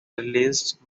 released